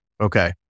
Okay